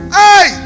hey